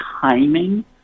timing